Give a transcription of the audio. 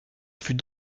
fut